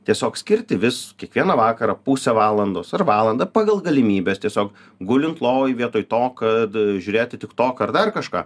tiesiog skirti vis kiekvieną vakarą pusę valandos ar valandą pagal galimybes tiesiog gulint lovoj vietoj to kad žiūrėti tik toką ar dar kažką